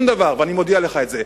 ואני מודיע לך את זה.